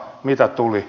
mitä tuli